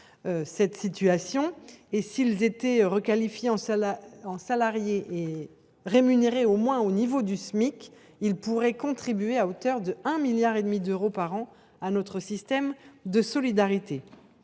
cette situation. S’ils étaient requalifiés en salariés et rémunérés au moins au niveau du Smic, ils pourraient contribuer à hauteur de 1,5 milliard d’euros par an à notre système de solidarité.